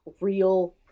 real